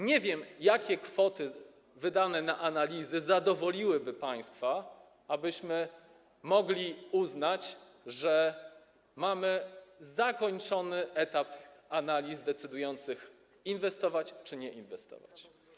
Nie wiem, jakie kwoty wydane na analizy zadowoliłyby państwa, abyśmy mogli uznać, że mamy zakończony etap analiz decydujących o tym, czy inwestować, czy nie inwestować.